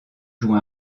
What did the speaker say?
joue